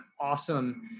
awesome